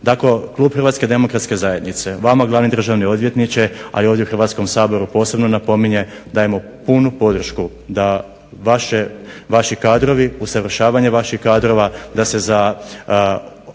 Tako klub HDZ-a vama glavni državni odvjetniče, a i ovdje u Hrvatskom saboru posebno napominje dajemo punu podršku da vaši kadrovi, usavršavanje vaših kadrova da se za